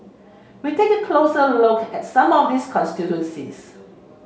we take a closer look at some of these constituencies